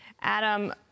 Adam